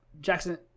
Jackson